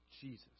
Jesus